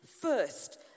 first